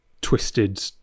twisted